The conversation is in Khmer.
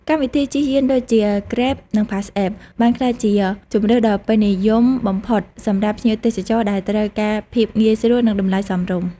កម្មវិធីជិះយានដូចជា Grab និង PassApp បានក្លាយជាជម្រើសដ៏ពេញនិយមបំផុតសម្រាប់ភ្ញៀវទេសចរដែលត្រូវការភាពងាយស្រួលនិងតម្លៃសមរម្យ។